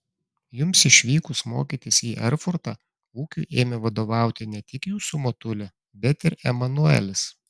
jums išvykus mokytis į erfurtą ūkiui ėmė vadovauti ne tik jūsų motulė bet ir emanuelis